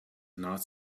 not